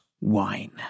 wine